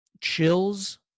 Chills